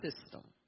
system